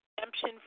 Redemption